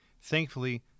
Thankfully